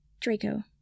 Draco